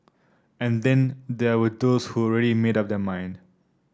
and then there were those who already made up their mind